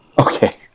Okay